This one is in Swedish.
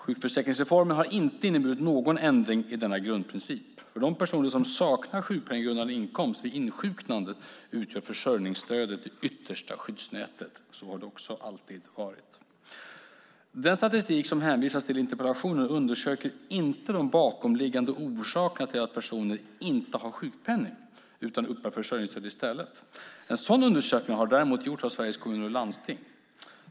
Sjukförsäkringsreformen har inte inneburit någon ändring i denna grundprincip. För de personer som saknar sjukpenninggrundande inkomst vid insjuknande utgör försörjningsstödet det yttersta skyddsnätet. Så har det också alltid varit. Den statistik som hänvisas till i interpellationen undersöker inte de bakomliggande orsakerna till att personer inte har sjukpenning utan uppbär försörjningsstöd i stället. En sådan undersökning har däremot gjorts av Sveriges Kommuner och Landsting .